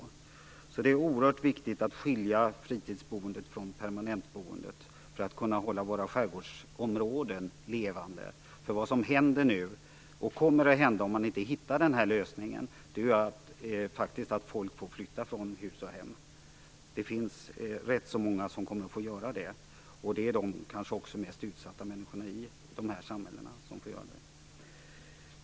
Det är därför oerhört viktigt att skilja fritidsboendet från permanentboendet, för att vi skall kunna hålla våra skärgårdsområden levande. Vad som nu händer - och kommer att hända om man inte hittar en lösning - är att folk får flytta från hus och hem. Det är rätt många som kommer att få göra det, och det kanske också är de mest utsatta människorna i de här samhällena.